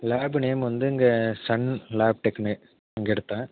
lab name வந்து இங்கே sun lab technique அங்கே எடுத்தேன்